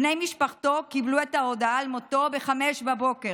בני משפחתו קיבלו את ההודעה על מותו ב-05:00.